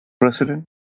president